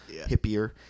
hippier